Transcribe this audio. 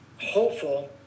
hopeful